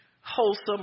wholesome